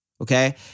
Okay